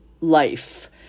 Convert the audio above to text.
life